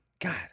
God